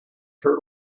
for